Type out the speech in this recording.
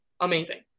amazing